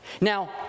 Now